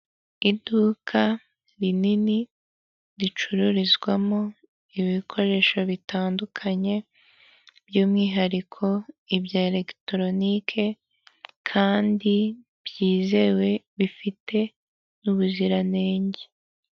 Nta muntu utagira inzozi zo kuba mu nzu nziza kandi yubatse neza iyo nzu iri mu mujyi wa kigali uyishaka ni igihumbi kimwe cy'idolari gusa wishyura buri kwezi maze nawe ukibera ahantu heza hatekanye.